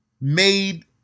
made